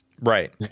Right